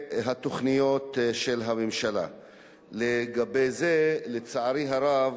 התוכניות של הממשלה לגבי זה, לצערי הרב,